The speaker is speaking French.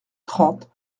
trente